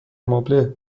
مبله